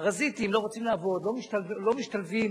הרווחה והבריאות לקריאה שנייה